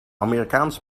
amerikaans